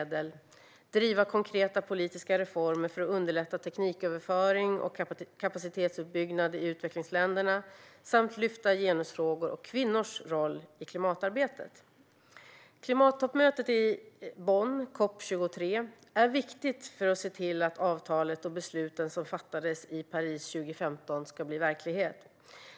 Jens Holm har också frågat på vilket sätt jag avser att driva konkreta politiska reformer för att underlätta tekniköverföring till och kapacitetsuppbyggnad i utvecklingsländerna samt lyfta genusfrågor och kvinnors roll i klimatarbetet. Klimattoppmötet i Bonn, COP 23, är viktigt för att avtalet och besluten som fattades i Paris 2015 ska bli verklighet.